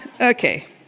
Okay